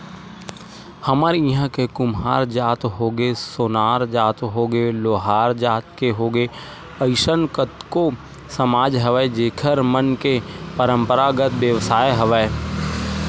हमर इहाँ के कुम्हार जात होगे, सोनार जात होगे, लोहार जात के होगे अइसन कतको समाज हवय जेखर मन के पंरापरागत बेवसाय हवय